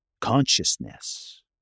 consciousness